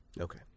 Okay